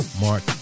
Mark